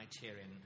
criterion